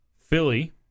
Philly